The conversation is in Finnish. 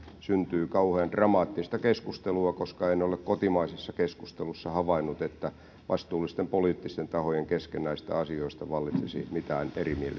syntyy kauhean dramaattista keskustelua koska en ole kotimaisessa keskustelussa havainnut että vastuullisten poliittisten tahojen kesken näistä asioista vallitsisi mitään erimielisyyttä